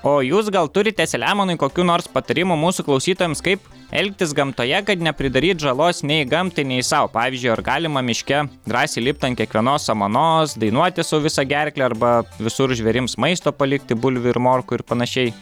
o jūs gal turite selemonai kokių nors patarimų mūsų klausytojams kaip elgtis gamtoje kad nepridaryt žalos nei gamtai nei sau pavyzdžiui ar galima miške drąsiai lipt ant kiekvienos samanos dainuoti su visa gerkle arba visur žvėrims maisto palikti bulvių ir morkų ir panašiai